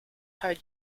her